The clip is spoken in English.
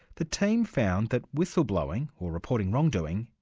the team found that whistleblowing, or reporting wrongdoing,